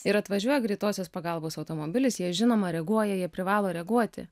ir atvažiuoja greitosios pagalbos automobilis jie žinoma reaguoja jie privalo reaguoti